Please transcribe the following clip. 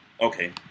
Okay